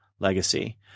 legacy